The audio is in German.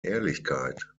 ehrlichkeit